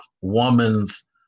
woman's